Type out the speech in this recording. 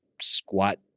squat